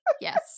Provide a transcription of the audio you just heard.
yes